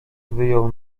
wyjął